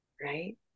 right